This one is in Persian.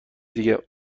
دیگه